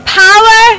power